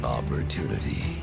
Opportunity